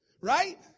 Right